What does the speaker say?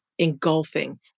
engulfing